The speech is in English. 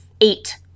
eight